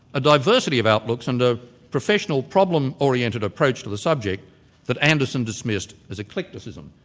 a diversity of outlooks and professional problem-oriented approach to the subject that anderson dismissed as eclecticism.